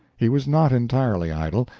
he was not entirely idle.